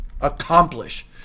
accomplish